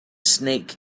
snake